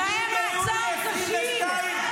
זה התנאים.